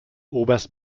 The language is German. oberst